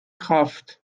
kraft